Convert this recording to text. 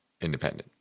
independent